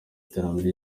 iterambere